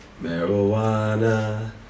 marijuana